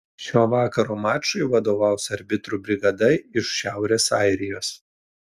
šio vakaro mačui vadovaus arbitrų brigada iš šiaurės airijos